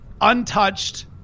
untouched